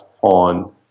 on